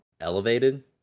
elevated